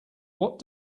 what